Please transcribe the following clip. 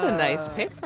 ah nice pick for